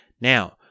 Now